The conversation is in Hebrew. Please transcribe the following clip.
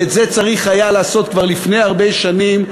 ואת זה צריך היה לעשות כבר לפני הרבה שנים.